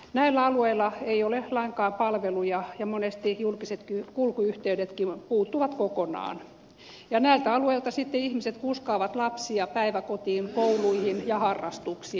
näillä alueilla ei ole lainkaan palveluja ja monesti julkiset kulkuyhtey detkin puuttuvat kokonaan ja näiltä alueilta sitten ihmiset kuskaavat lapsia päiväkotiin kouluihin ja harrastuksiin